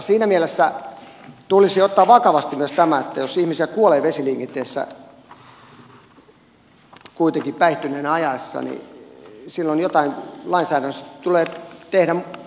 siinä mielessä tulisi ottaa vakavasti myös tämä että jos ihmisiä kuolee vesiliikenteessä kuitenkin päihtyneenä ajaessa niin silloin lainsäädännössä tulee tehdä jotain uutta